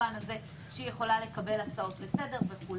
במובן הזה שהיא יכולה לקבל הצעות לסדר וכו'.